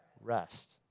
rest